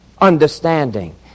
understanding